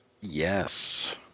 Yes